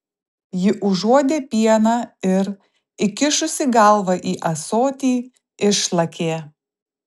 ji užuodė pieną ir įkišusi galvą į ąsotį išlakė